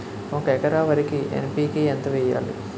ఒక ఎకర వరికి ఎన్.పి కే ఎంత వేయాలి?